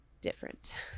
Different